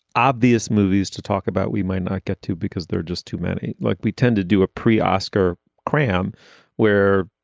obvious movies to talk about, we might not get too, because there are just too many. look, like we tend to do a pre-oscar kram where,